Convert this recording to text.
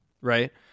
right